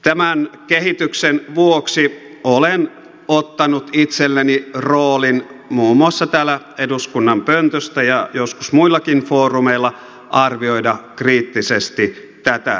tämän kehityksen vuoksi olen ottanut itselleni roolin muun muassa täältä eduskunnan pöntöstä ja joskus muillakin foorumeilla arvioida kriittisesti tätä kehitystä